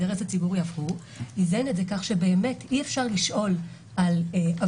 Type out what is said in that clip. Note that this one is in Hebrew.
הוא איזן את זה כך שבאמת אי אפשר לשאול לגבי